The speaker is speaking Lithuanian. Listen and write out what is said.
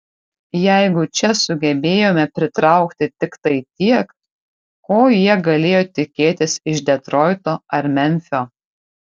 jeigu čia sugebėjome pritraukti tiktai tiek ko jie galėjo tikėtis iš detroito ar memfio